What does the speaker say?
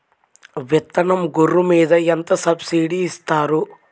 విత్తనం గొర్రు మీద ఎంత సబ్సిడీ ఇస్తారు?